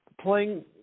playing